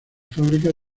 fábricas